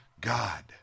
God